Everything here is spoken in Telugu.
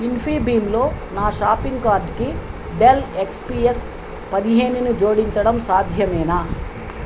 ఇన్ఫీబీమ్లో నా షాపింగ్ కార్డ్కి డెల్ ఎక్స్పీఎస్ పదిహేనును జోడించడం సాధ్యమేనా